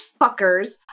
fuckers